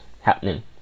happening